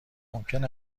ممکن